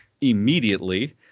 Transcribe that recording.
immediately